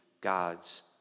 God's